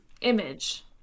...image